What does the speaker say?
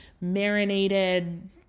marinated